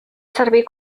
servir